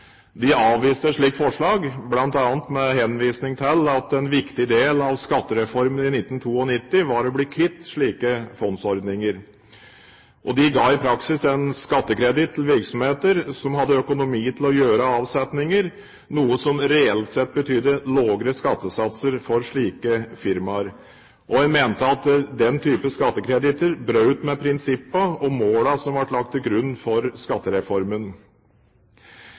avviste et slikt forslag, bl.a. med henvisning til at en viktig del av skattereformen i 1992 var å bli kvitt slike fondsordninger. Disse ga i praksis en skattekreditt til virksomheter som hadde økonomi til å foreta avsetninger, noe som reelt sett betydde lavere skattesatser for slike firmaer. En mente at den type skattekreditter brøt med prinsippene om målene som ble lagt til grunn for skattereformen.